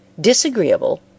disagreeable